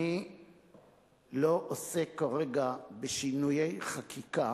אני לא עוסק כרגע בשינויי חקיקה